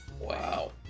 Wow